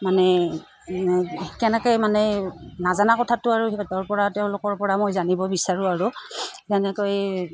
মানে কেনেকৈ মানে নজানা কথাটো আৰু সিহঁতৰপৰা তেওঁলোকৰপৰা মই জানিব বিচাৰোঁ আৰু যেনেকৈ